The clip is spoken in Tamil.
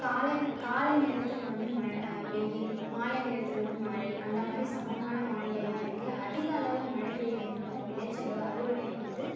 காலை காலை நேரத்தில் வந்து மழை வெயில் மாலை நேரத்தில் வந்து மழை அந்த மாதிரி சமமான வானிலை தான் இருக்குது அதிக அளவில் மழை பெய்கிறதுனால விளைச்சலோ அறுவடையும் வந்து